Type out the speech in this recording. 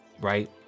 right